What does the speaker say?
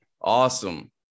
Awesome